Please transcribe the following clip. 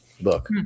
book